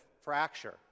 fracture